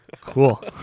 Cool